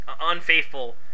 unfaithful